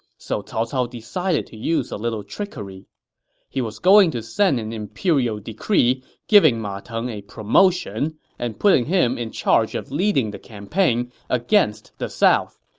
so cao cao decided to use a little trickery he was going to send an imperial decree giving ma teng a promotion and putting him in charge of leading a campaign against the south.